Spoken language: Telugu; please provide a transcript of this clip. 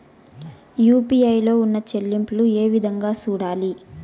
యు.పి.ఐ లో ఉన్న చెల్లింపులు ఏ విధంగా సూడాలి